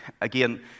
again